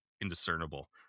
indiscernible